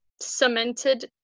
cemented